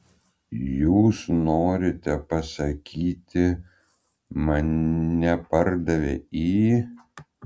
jūs norite pasakyti mane pardavė į